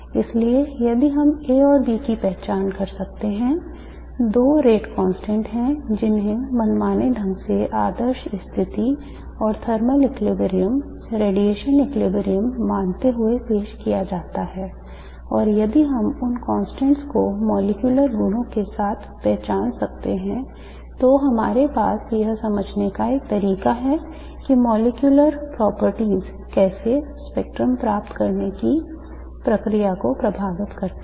इसलिए यदि हम A और B की पहचान कर सकते हैं दो rate constant जिन्हें मनमाने ढंग से आदर्श स्थिति और thermal equilibrium radiation equilibrium मानते हुए पेश किया जाता है और यदि हम इन constant को मॉलिक्यूलर गुणों के साथ पहचान सकते हैं तो हमारे पास यह समझने का एक तरीका है कि molecular properties कैसे स्पेक्ट्रम प्राप्त करने की प्रक्रिया को प्रभावित करते हैं